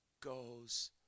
goes